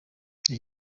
ati